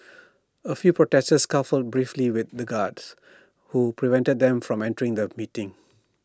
A few protesters scuffled briefly with the guards who prevented them from entering the meeting